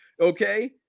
Okay